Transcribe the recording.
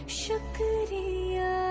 shukriya